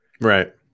Right